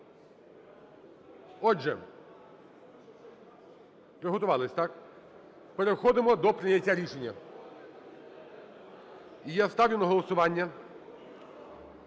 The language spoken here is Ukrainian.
Отже, приготувались. Так? Переходимо до прийняття рішення. І я ставлю на голосування